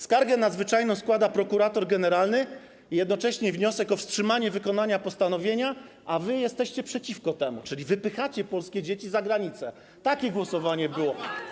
Skargę nadzwyczajną składa prokurator generalny i jednocześnie wniosek o wstrzymanie wykonania postanowienia, a wy jesteście przeciwko temu, czyli wypychacie polskie dzieci za granicę, takie głosowanie było.